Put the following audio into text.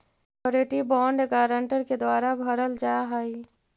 surety bond guarantor के द्वारा भरल जा हइ